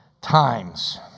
times